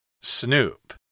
Snoop